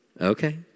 Okay